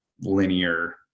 linear